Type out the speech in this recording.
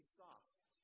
soft